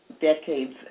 decades